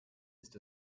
ist